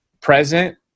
present